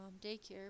daycare